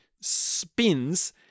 spins